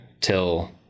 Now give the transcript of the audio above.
till